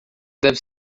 deve